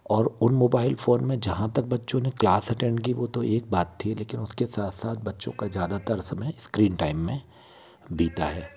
और उन mobile phone में जहाँ तक बच्चों ने क्लास अटेंड की वो तो एक बात थी लेकिन उसके साथ साथ बच्चों का ज़्यादातर समय इस्क्रीन टाइम में बीता है